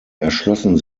erschlossen